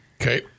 Okay